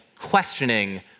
questioning